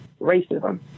racism